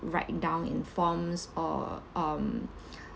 write down in forms or um